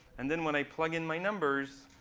and then when i plug in my numbers.